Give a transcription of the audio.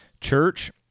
church